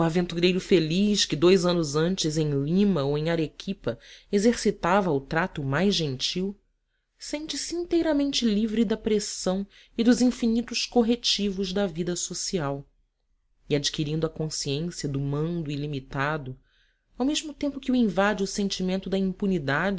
aventureiro feliz que dois anos antes em lima ou arequipa exercitava o trato mais gentil sente-se inteiramente livre da pressão e dos infinitos corretivos da vida social e adquirindo a consciência do mando ilimitado ao mesmo tempo que o invade o sentimento da impunidade